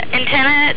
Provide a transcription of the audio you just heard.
antenna